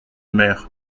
mère